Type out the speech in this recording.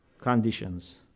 conditions